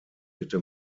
bitte